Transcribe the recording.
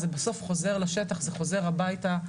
זה בסוף חוזר לשטח, זה חוזר הביתה.